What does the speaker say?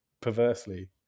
Perversely